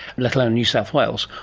let alone new south wales?